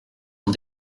ont